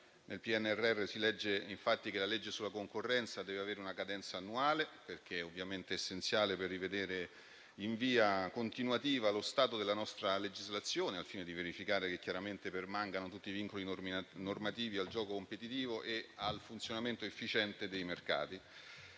in cui si legge infatti che la legge per il mercato e la concorrenza deve avere cadenza annuale, perché è essenziale per rivedere in via continuativa lo stato della nostra legislazione al fine di verificare che permangano tutti i vincoli normativi al gioco competitivo e al funzionamento efficiente dei mercati.